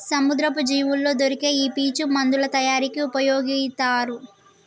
సముద్రపు జీవుల్లో దొరికే ఈ పీచు మందుల తయారీకి ఉపయొగితారు